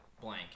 blank